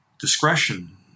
discretion